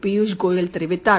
பியூஷ் கோயல் தெரிவித்தார்